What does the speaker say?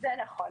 זה נכון.